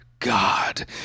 god